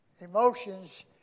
Emotions